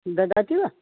ददाति वा